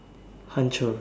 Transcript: hancur